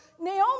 Naomi